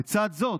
לצד זאת,